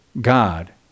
God